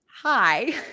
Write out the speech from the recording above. Hi